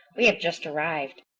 we have just arrived.